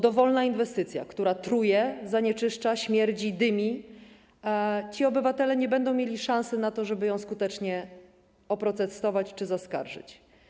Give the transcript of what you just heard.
Dowolna inwestycja, która truje, zanieczyszcza, śmierdzi i dymi - obywatele nie będą mieli szansy na to, żeby ją skutecznie oprotestować czy zaskarżyć.